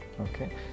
okay